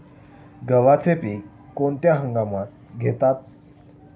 गव्हाचे पीक कोणत्या हंगामात घेतात?